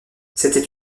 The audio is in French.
c’était